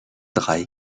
drei